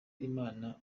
imana